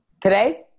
today